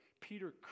Peter